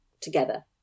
together